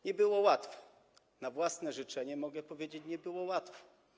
Nie było łatwo, na własne życzenie, mogę powiedzieć, nie było łatwo.